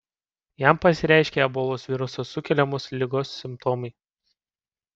jam pasireiškė ebolos viruso sukeliamos ligos simptomai